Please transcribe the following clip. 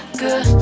good